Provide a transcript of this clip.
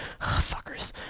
Fuckers